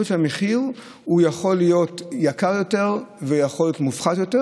המחיר יכול להיות יקר יותר ויכול להיות מופחת יותר.